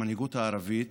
המנהיגות הערבית